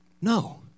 No